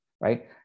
right